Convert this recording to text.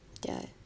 ya